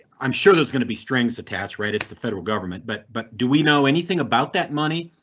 i'm sure there's going to be strings attached, right? it's the federal government, but but do we know anything about that money?